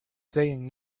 saying